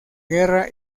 guerra